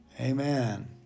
Amen